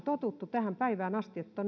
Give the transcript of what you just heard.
totuttu tähän päivään asti